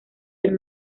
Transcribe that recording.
del